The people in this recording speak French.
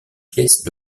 pièces